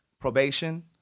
probation